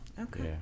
Okay